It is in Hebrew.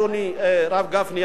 אדוני הרב גפני,